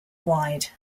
wide